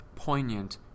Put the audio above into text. poignant